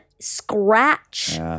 scratch